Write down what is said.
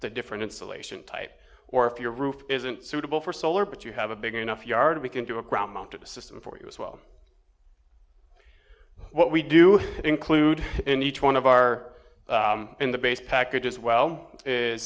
that different insulation type or if your roof isn't suitable for solar but you have a big enough yard we can do a ground mount of the system for you as well what we do include in each one of our in the base package as well is